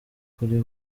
kuri